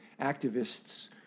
activists